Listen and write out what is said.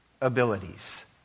abilities